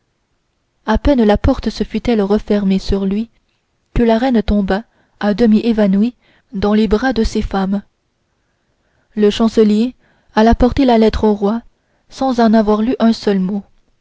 à peine la porte se fut-elle refermée sur lui que la reine tomba à demi évanouie dans les bras de ses femmes le chancelier alla porter la lettre au roi sans en avoir lu un seul mot